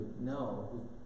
No